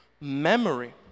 memory